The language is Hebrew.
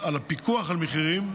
על הפיקוח על מחירים,